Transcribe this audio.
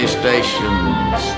stations